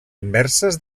inverses